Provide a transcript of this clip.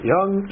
Young